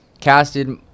casted